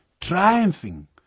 triumphing